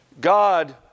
God